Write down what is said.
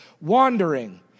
wandering